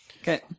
Okay